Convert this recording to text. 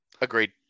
Agreed